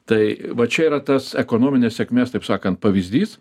tai va čia yra tas ekonominės sėkmės taip sakant pavyzdys